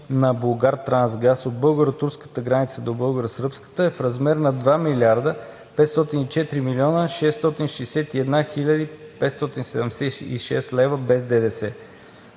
на „Булгартрансгаз“ от българо-турската граница до българо-сръбската, е в размер на 2 млрд. 504 млн. 661 хил. 576 лв. без ДДС.